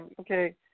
Okay